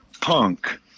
punk